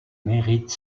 mérites